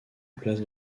place